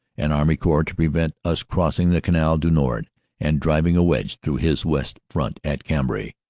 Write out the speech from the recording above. an army corps to prevent us crossing the canal du nord and driving a wedge through his west front at cambrai.